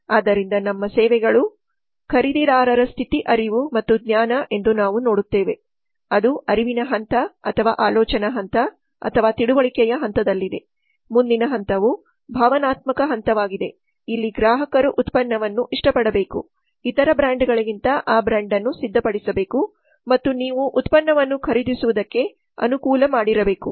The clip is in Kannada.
ಆದ್ದರಿಂದ ನಮ್ಮ ಸೇವೆಗಳು ಆದ್ದರಿಂದ ಖರೀದಿದಾರರ ಸ್ಥಿತಿ ಅರಿವು ಮತ್ತು ಜ್ಞಾನ ಎಂದು ನಾವು ನೋಡುತ್ತೇವೆ ಅದು ಅರಿವಿನ ಹಂತ ಅಥವಾ ಆಲೋಚನಾ ಹಂತ ಅಥವಾ ತಿಳುವಳಿಕೆಯ ಹಂತದಲ್ಲಿದೆ ಮುಂದಿನ ಹಂತವು ಭಾವನಾತ್ಮಕ ಹಂತವಾಗಿದೆ ಇಲ್ಲಿ ಗ್ರಾಹಕರು ಉತ್ಪನ್ನವನ್ನು ಇಷ್ಟಪಡಬೇಕು ಇತರ ಬ್ರ್ಯಾಂಡ್ಗಳಿಗಿಂತ ಆ ಬ್ರಾಂಡ್ ಅನ್ನು ಸಿದ್ಧಪಡಿಸಬೇಕು ಮತ್ತು ನೀವು ಉತ್ಪನ್ನವನ್ನು ಖರೀದಿಸುವದ್ದಕ್ಕೆ ಅನುಕೂಲ ಮಾಡಿರ ಬೇಕು